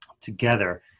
together